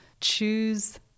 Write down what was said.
choose